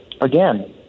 again